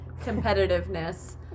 competitiveness